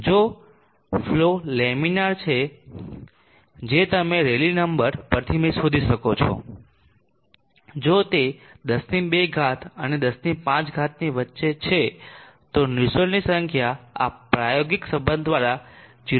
હવે જો flow laminar છે જે તમે રેલી નંબર પરથી શોધી શકો છો જો તે 102 અને 105 ની વચ્ચે છે તો નુસેલ્ટની સંખ્યા આ પ્રયોગિક સંબંધ દ્વારા 0